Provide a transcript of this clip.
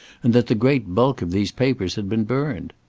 and that the great bulk of these papers had been burned.